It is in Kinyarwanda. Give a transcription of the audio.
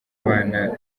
abana